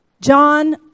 John